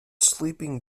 sleeping